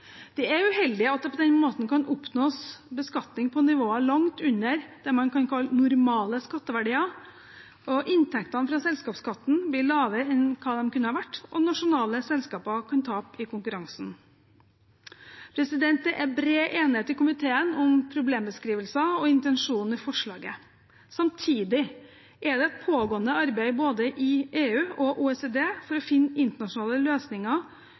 Det er uheldig at det på den måten kan oppnås beskatning på nivåer langt under det man kan kalle normale skatteverdier, inntektene fra selskapsskatten blir lavere enn de kunne ha vært, og nasjonale selskaper kan tape i konkurransen. Det er bred enighet i komiteen om problembeskrivelser og intensjonen i forslaget. Samtidig er det et pågående arbeid i både EU og OECD for å finne internasjonale løsninger